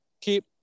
Keep